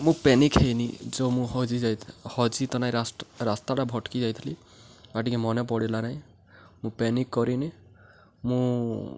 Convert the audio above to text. ମୁଁ ପ୍ୟାନିକ୍ ହେଇନି ଯେଉଁ ମୁଁ ହଜି ଯାଇ ହଜି ତ ନାହିଁ ରାସ୍ତାଟା ଭଟକି ଯାଇଥିଲି ଆଉ ଟିକେ ମନେ ପଡ଼ିଲା ନାହିଁ ମୁଁ ପ୍ୟାନିକ୍ କରିନି ମୁଁ